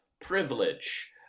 privilege